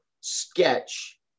sketch